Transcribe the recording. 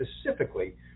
specifically